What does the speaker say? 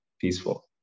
peaceful